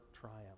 triumph